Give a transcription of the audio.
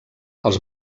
els